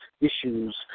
issues